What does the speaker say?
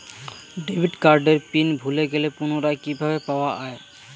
Debit কার্ডের pin ভুলে গেলে পুনরায় কিভাবে পাওয়া য়ায়?